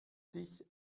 sich